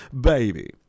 Baby